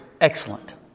excellent